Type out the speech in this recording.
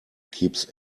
keeps